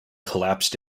collapsed